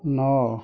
ନଅ